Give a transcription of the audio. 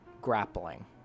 grappling